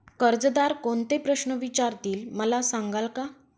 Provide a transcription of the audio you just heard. कर्जदार कोणते प्रश्न विचारतील, मला सांगाल का?